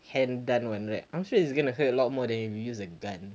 hand gun one right I'm sure it's gonna hurt a lot more than when you use a gun